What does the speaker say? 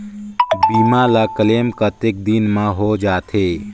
बीमा ला क्लेम कतेक दिन मां हों जाथे?